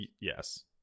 yes